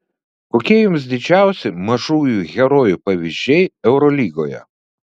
kokie jums didžiausi mažųjų herojų pavyzdžiai eurolygoje